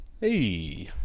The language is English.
Hey